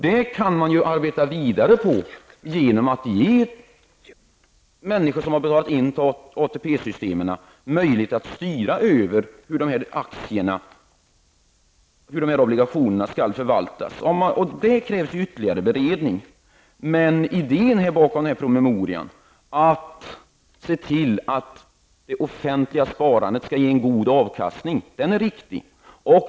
Detta kan man arbeta vidare på genom att ge människor som har betalt in till ATP-systemen möjlighet att styra över hur dessa aktier och obligationer skall förvaltas. Där krävs ytterligare beredning. Id en bakom den här promemorian är att se till att offentliga sparandet skall ge en god avkastning. Den är riktig.